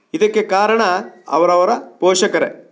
ಇದಕ್ಕೆ ಕಾರಣ ಅವರವರ ಪೋಷಕರೇ